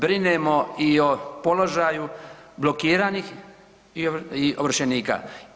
Brinemo i o položaju blokiranih i ovršenika.